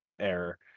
error